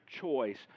choice